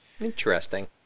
Interesting